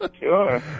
Sure